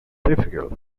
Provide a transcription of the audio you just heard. difficult